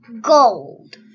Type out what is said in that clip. Gold